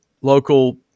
local